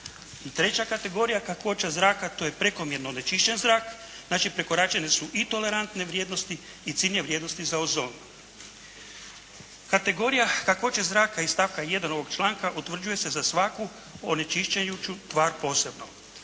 treća kategorija kakvoća zraka. To je prekomjerno onečišćen zrak. Znači, prekoračene su i tolerantne vrijednosti i ciljne vrijednosti za ozon. Kategorija kakvoće zraka iz stavka 1. ovog članka utvrđuje se za svaku onečišćujuću tvar posebno.